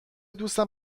دوستم